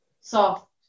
soft